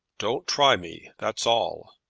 don't try me that's all.